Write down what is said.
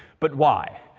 but why?